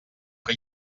que